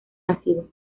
ácido